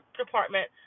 department